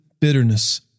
bitterness